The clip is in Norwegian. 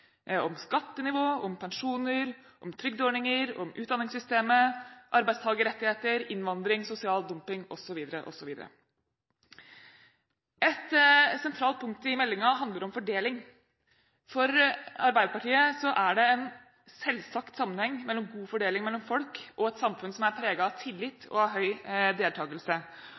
om skattenivå, om pensjoner, om trygdeordninger, om utdanningssystemet, om arbeidstakerrettigheter, om innvandring, om sosial dumping osv., osv. Et sentralt punkt i meldingen handler om fordeling. For Arbeiderpartiet er det en selvsagt sammenheng mellom god fordeling mellom folk og et samfunn som er preget av tillit og høy deltakelse.